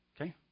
Okay